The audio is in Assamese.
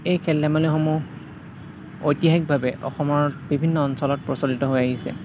এই খেল ধেমালিসমূহ ঐতিহাসিকভাৱে অসমৰ বিভিন্ন অঞ্চলত প্ৰচলিত হৈ আহিছে